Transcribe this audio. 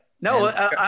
No